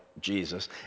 Jesus